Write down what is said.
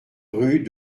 rue